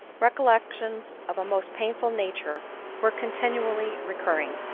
re collections of a most painful nature were continually re curring.